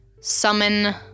summon